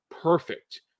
perfect